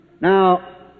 Now